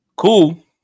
Cool